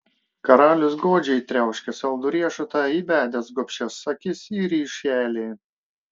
karalius godžiai triauškė saldų riešutą įbedęs gobšias akis į ryšelį